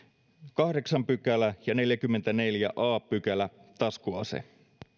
kahdeksas pykälä ja neljäskymmenesneljäs a pykälä taskuase